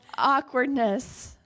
Awkwardness